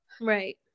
right